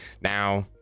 now